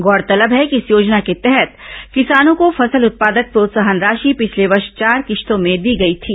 गौरतलब है कि इस योजना के तहत किसानों को फसल उत्पादक प्रोत्साहन राशि पिछले वर्ष चार किश्तों में दी गई थीं